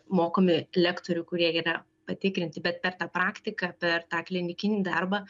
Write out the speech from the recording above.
mokomi lektorių kurie yra patikrinti bet per tą praktiką per tą klinikinį darbą